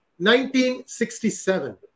1967